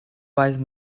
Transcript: wise